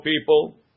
people